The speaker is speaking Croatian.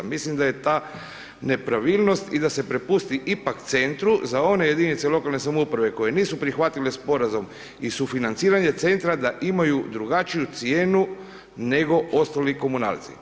Mislim da je ta nepravilnost i da se prepusti ipak centru za one jedinice lokalne samouprave koje nisu prihvatile sporazum i sufinanciranje centra da imaju drugačiju cijenu nego ostali komunalci.